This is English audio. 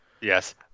Yes